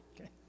Okay